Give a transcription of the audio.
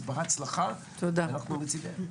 אז בהצלחה ואנחנו לצידך.